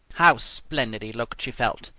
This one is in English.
how splendid he looked, she felt,